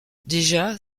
déjà